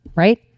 right